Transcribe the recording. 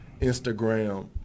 instagram